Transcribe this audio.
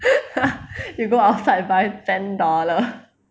you go outside buy ten dollar